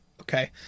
Okay